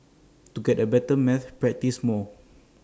to get A better at maths practise more